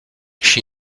she